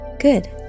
Good